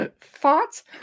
thoughts